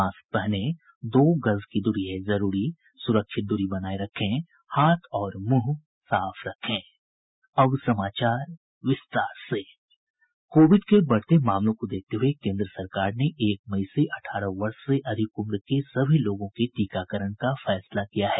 mask पहनें दो गज दूरी है जरूरी सुरक्षित दूरी बनाये रखें हाथ और मुंह साफ रखें अब समाचार विस्तार से कोविड के बढ़ते मामलों को देखते हुए कोन्द्र सरकार ने एक मई से अठारह वर्ष से अधिक उम्र के सभी लोगों के टीकाकरण का फैसला किया है